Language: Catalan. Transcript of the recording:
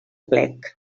plec